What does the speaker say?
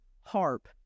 harp